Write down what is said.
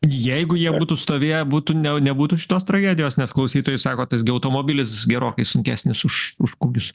jeigu jie būtų stovėję būtų ne nebūtų šitos tragedijos nes klausytojai sako visgi automobilis gerokai sunkesnis už už kūgius